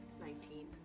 Nineteen